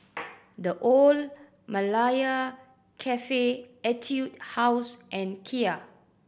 The Old Malaya Cafe Etude House and Kia